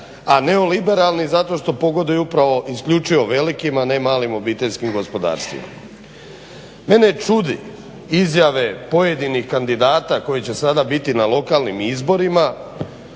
a neoliberalni zato što pogoduju upravo isključivo velikima ne malim OPG-ima. Mene čude izjave pojedinih kandidata koji će sada biti na lokalnim izborima,